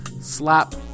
Slap